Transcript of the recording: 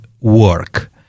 work